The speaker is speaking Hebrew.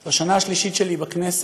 זו השנה השלישית שלי בכנסת